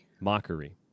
Mockery